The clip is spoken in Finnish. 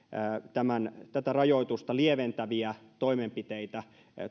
tätä rajoitusta lieventäviä toimenpiteitä